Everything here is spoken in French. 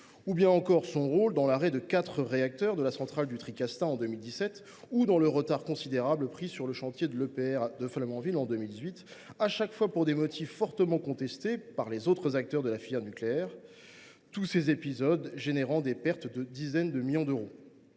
ou bien son rôle dans l’arrêt de quatre réacteurs de la centrale du Tricastin en 2017 ; ou encore dans le retard considérable pris sur le chantier de l’EPR de Flamanville en 2018. Ce, chaque fois, pour des motifs fortement contestés par les autres acteurs de la filière nucléaire. Tous ces épisodes ont généré des pertes de dizaines de millions d’euros.